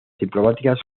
diplomáticas